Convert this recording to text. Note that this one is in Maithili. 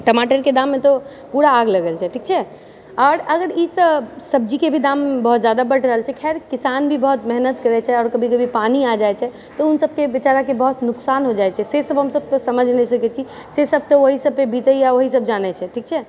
टमाटरके दाममे तो पूरा आगई लगल छै ठीक छै आओर अगर ई सब सब्जीके भी दाम बहुत जादा बढ़ रहल छै खैर किसान भी बहुत मेहनत करै छै आओर कभी कभी पानी आ जाए छै तऽ ओ सबके बेचाराके बहुत नुकसान हो जाए छै से सब हमसब समझ नहि बुझि सकै छी से सब तऽ ओएह सब पे बितैए ओएह सब जानै छै ठीक छै